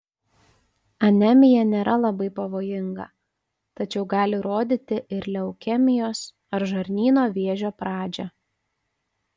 anemija nėra labai pavojinga tačiau gali rodyti ir leukemijos ar žarnyno vėžio pradžią